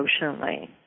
emotionally